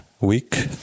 Week